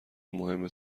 مهم